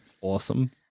Awesome